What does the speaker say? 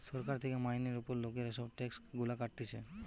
সরকার থেকে মাইনের উপর লোকের এসব ট্যাক্স গুলা কাটতিছে